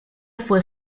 fue